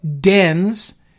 dens